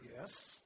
yes